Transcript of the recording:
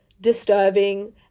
disturbing